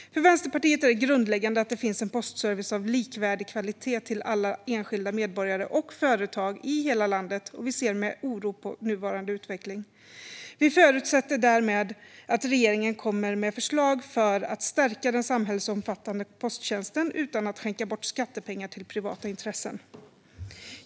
För Vänsterpartiet är det grundläggande att det finns en postservice av likvärdig kvalitet för alla enskilda medborgare och företag i hela landet, och vi ser med oro på nuvarande utveckling. Vi förutsätter därmed att regeringen kommer med förslag för att stärka den samhällsomfattande posttjänsten utan att skänka bort skattepengar till privata intressen.